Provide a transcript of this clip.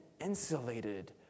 insulated